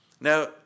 Now